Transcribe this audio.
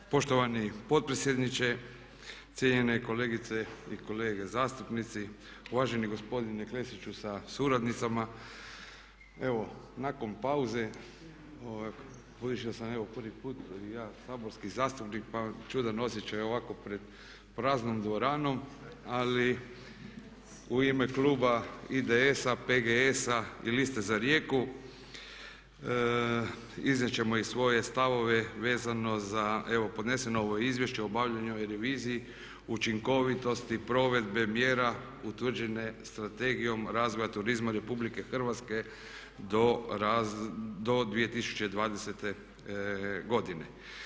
Poštovani potpredsjedniče, cijenjene kolegice i kolege zastupnici, uvaženi gospodine Klesiću sa suradnicama evo nakon pauze, budući da sam evo prvi put i ja saborski zastupnik pa je čudan osjećaj ovako pred praznom dvoranom, ali u ime kluba IDS-a, PGS-a i liste za Rijeku iznijet ćemo i svoje stavove vezano za evo podneseno ovo izvješće o obavljanoj reviziji učinkovitosti, provedbe mjera utvrđene Strategijom razvoja turizma RH do 2020.godine.